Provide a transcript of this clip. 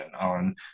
on